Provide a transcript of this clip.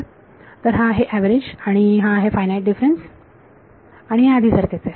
तर हा आहे ऍव्हरेज आणि हा आहे फायनाईट डिफरन्स आणि हे आधी सारखेच आहे